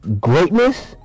greatness